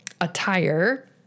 attire